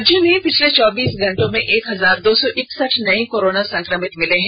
राज्य में पिछले चौबीस घंटे में एक हजार दो सौ इकसठ नए कोरोना संकमित मिले हैं